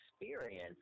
experience